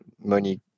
money